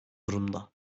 durumda